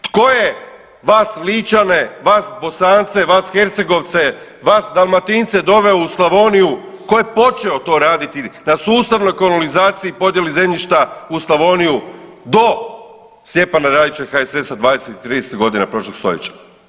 Tko je vas Ličane, vas Bosance, vas Hercegovce, vas Dalmatince doveo u Slavoniju, ko je počeo to raditi na sustavnoj kolonizaciji i podjeli zemljišta u Slavoniju do Stjepana Radića i HSS-a '20. i '30.g. prošlog stoljeća?